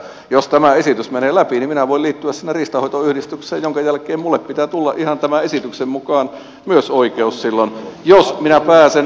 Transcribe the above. jos tämä esitys menee läpi niin minä voin liittyä sinne riistanhoitoyhdistykseen minkä jälkeen minulle pitää tulla ihan tämän esityksen mukaan myös oikeus silloin jos minä pääsen